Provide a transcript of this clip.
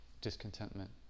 discontentment